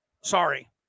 sorry